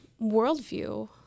worldview